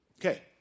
Okay